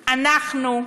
אנחנו,